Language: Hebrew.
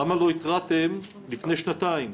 למה לא התרעתם לפני שנתיים?